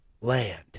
land